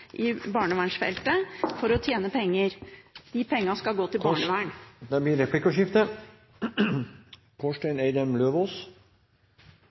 i barnevernsfeltet kun for å tjene penger. De pengene skal gå til barnevern! Det blir replikkordskifte.